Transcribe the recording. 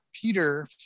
Peter